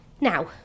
Now